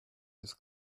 his